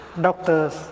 doctors